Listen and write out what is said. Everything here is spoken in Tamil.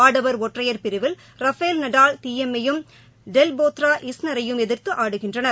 ஆடவர் ஒற்றையர் பிரிவில் ரஃபேல் நடால் தீயெம் யும் டெல் போத்ரோ இஸ்னரையும் எதிர்த்துஆடுகின்றனர்